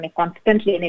constantly